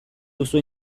duzu